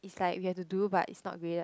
is like you have to do but is not graded